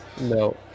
No